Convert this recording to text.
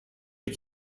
had